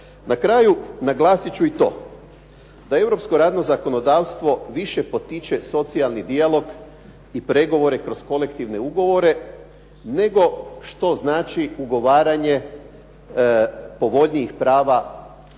Na kraju naglasit ću i to da europsko radno zakonodavstvo više potiče socijalni dijalog i pregovore kroz kolektivne ugovore nego što znači ugovaranje povoljnijih prava na